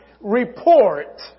report